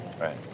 Right